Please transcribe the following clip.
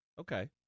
Okay